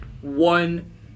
one